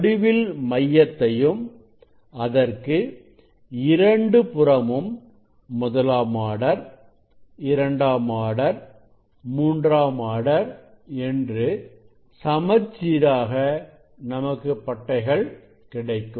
நடுவில் மையத்தையும் அதற்கு இரண்டு புறமும் முதலாம் ஆர்டர் இரண்டாம் ஆர்டர் மூன்றாம் ஆர்டர் என்று சமச்சீராக நமக்கு பட்டைகள் கிடைக்கும்